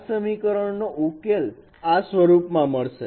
તેથી આ સમીકરણનો ઉકેલ આ સ્વરૂપમાં મળશે